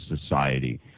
society